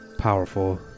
powerful